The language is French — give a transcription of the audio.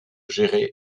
gérer